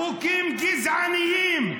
חוקים גזעניים,